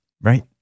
Right